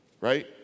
right